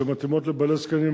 שמתאימות לבעלי זקנים,